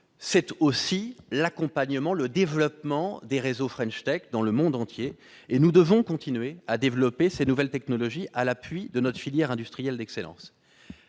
C'est aussi l'accompagnement et le développement des réseaux dans le monde entier. Nous devons continuer à développer ces nouvelles technologies en nous appuyant sur notre filière industrielle d'excellence.